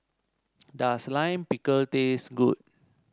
does Lime Pickle taste good